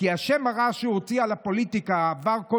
שהוא ראש הממשלה בפועל,